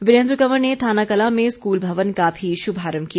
वीरेन्द्र कंवर ने थानाकलां में स्कूल भवन का भी श्भारम्भ किया